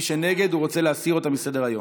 מי שנגד, רוצה להסיר אותה מסדר-היום.